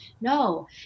No